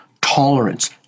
tolerance